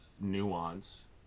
nuance